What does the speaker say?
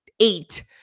eight